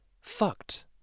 fucked